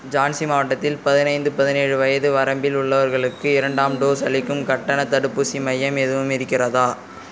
ஜான்சி மாவட்டத்தில் பதினைந்து பதினேழு வயது வரம்பில் உள்ளவர்களுக்கு இரண்டாம் டோஸ் அளிக்கும் கட்டண தடுப்பூசி மையம் எதுவும் இருக்கிறதா